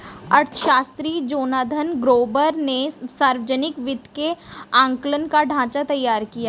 अर्थशास्त्री Jonathan Gruber ने सावर्जनिक वित्त के आंकलन का ढाँचा तैयार किया है